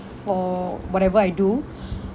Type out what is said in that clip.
for whatever I do